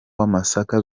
w’amasaka